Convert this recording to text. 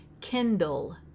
Kindle